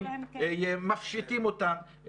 מפשיטים אותם,